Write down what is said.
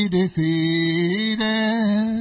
defeated